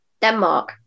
Denmark